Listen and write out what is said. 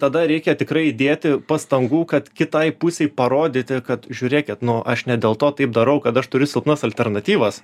tada reikia tikrai įdėti pastangų kad kitai pusei parodyti kad žiūrėkit nu aš ne dėl to taip darau kad aš turiu silpnas alternatyvas